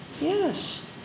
Yes